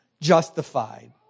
justified